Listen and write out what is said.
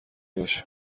باشیم